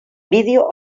vídeo